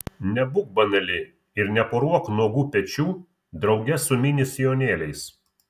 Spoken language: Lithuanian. nebūk banali ir neporuok nuogų pečių drauge su mini sijonėliais